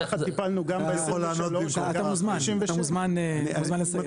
ככה טיפלנו גם -- אתה מוזמן לשיח.